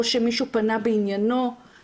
או שמישהו פנה בעניינו,